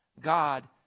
God